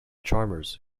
charmers